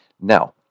Now